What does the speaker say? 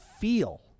feel